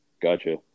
gotcha